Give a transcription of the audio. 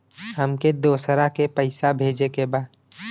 हमके दोसरा के पैसा भेजे के बा?